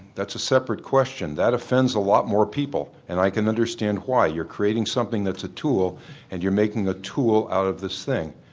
that's a separate question, that offends a lot more people and i can understand why. you're creating something that's a tool and you're making a tool out of this thing.